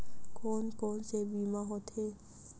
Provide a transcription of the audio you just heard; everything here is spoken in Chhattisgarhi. कोन कोन से बीमा होथे?